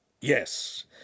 Yes